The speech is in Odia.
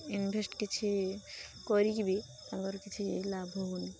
ଇନଭେଷ୍ଟ କିଛି କରିକି ବି ତାଙ୍କର କିଛି ଲାଭ ହେଉନି